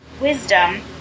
wisdom